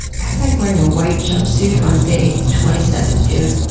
that's like wearing a white jumpsuit on day twenty seven, dude.